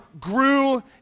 grew